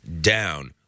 down